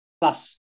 plus